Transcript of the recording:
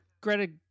Greta